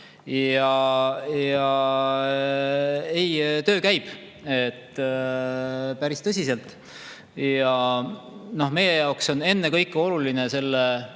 Töö käib päris tõsiselt. Meie jaoks on ennekõike oluline